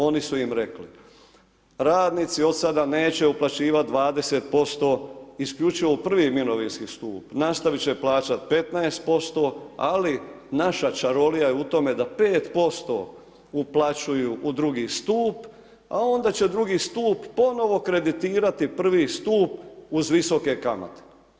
Oni su im rekli, radnici od sada neće uplaćivati 20% isključivo u prvi mirovinski stup, nastavit će plaćat 15%, ali naša čarolija je u tome da 5% uplaćuju u drugi stup, a onda će drugi stup ponovo kreditirati prvi stup uz visoke kamate.